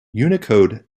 unicode